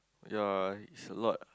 ya it's a lot